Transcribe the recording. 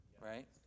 right